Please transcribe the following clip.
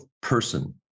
person